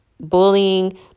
bullying